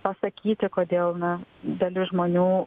pasakyti kodėl na dalis žmonių